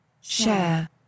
Share